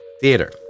theater